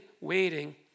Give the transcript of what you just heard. waiting